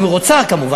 אם היא רוצה כמובן,